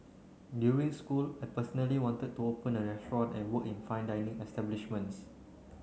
during school I personally wanted to open a and work in fine dining establishments